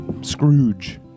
Scrooge